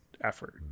effort